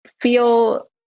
feel